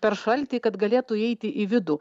per šaltį kad galėtų įeiti į vidų